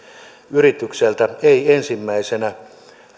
yritykseltä ei ensimmäisenä